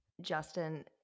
Justin